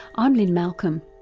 i'm lynne malcolm,